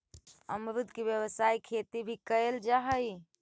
अमरुद के व्यावसायिक खेती भी कयल जा हई